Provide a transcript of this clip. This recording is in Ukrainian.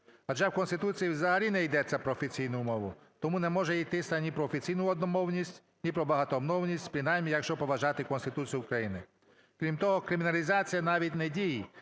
Адже в Конституції взагалі не йдеться про офіційну мову, тому не може йтися ні про офіційну одномовність, ні про багатомовність, принаймні якщо поважати Конституцію України. Крім того, криміналізація навіть не дій,